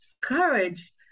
courage